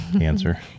answer